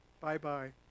bye-bye